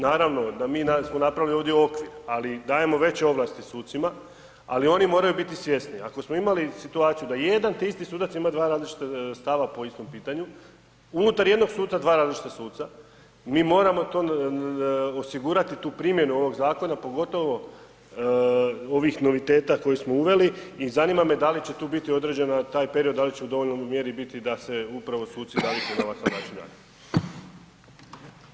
Naravno da mi smo napravili ovdje okvir, ali dajemo veće ovlasti sucima, ali oni moraju biti svjesni, ako smo imali situaciju da jedan te isti sudac ima 2 različita stava po istom pitanju, unutar jednog suca dva različita suca, mi moramo to osigurati tu primjenu ovog zakona, pogotovo ovih noviteta koje smo uveli i zanima me da li će tu biti određeno, taj period, da li će u dovoljnoj mjeri biti da se upravo suci naviknu na ovakav način rada.